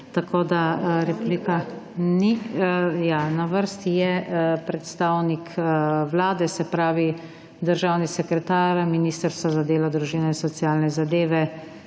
ni. Na vrsti je predstavnik Vlade, se pravi, državni sekretar ministrstva za delo, družino in socialne zadeve,